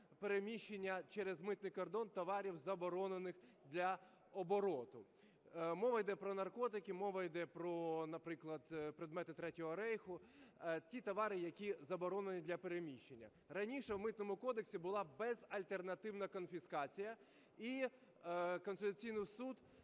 переміщення через митний кордон товарів, заборонених для обороту. Мова йде про наркотики, мова йде про, наприклад, предмети Третього рейху – ті товари, які заборонені для переміщення. Раніше в Митному кодексі була безальтернативна конфіскація, і Конституційний Суд